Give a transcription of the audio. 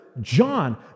John